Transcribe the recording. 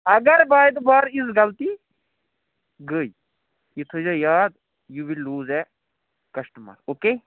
اگر بارِ دُبارٕ یِژھ غلطی گٔے یہِ تھٲوزیٚو یاد you will lose a customer O K